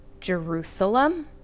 jerusalem